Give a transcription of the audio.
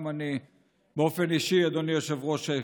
גם אני באופן אישי, אדוני היושב-ראש,